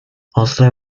oslo